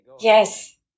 Yes